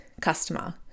customer